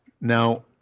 Now